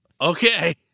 Okay